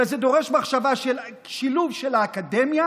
זה דורש מחשבה של שילוב של האקדמיה,